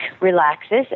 relaxes